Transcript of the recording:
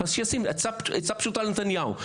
אז עצה לראש הממשלה,